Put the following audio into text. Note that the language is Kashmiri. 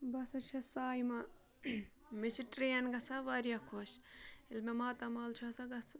بہٕ ہَسا چھَس سایمہ مےٚ چھِ ٹرٛین گژھان واریاہ خۄش ییٚلہِ مےٚ ماتامال چھُ آسان گژھن